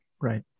Right